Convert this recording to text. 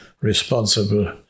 responsible